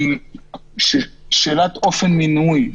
מה גם שכל הרעיון של מאגר היה כדי להתגבר על כשלים שאופייניים